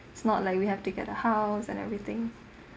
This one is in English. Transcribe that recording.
it's not like we have to get a house and everything